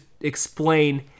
explain